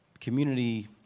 community